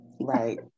right